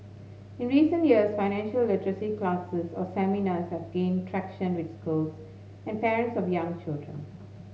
in recent years financial literacy classes or seminars have gained traction with schools and parents of young children